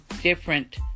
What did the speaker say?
different